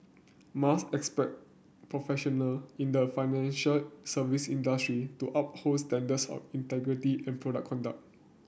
Mas expect professional in the financial service industry to uphold standards of integrity and proper conduct